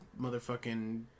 motherfucking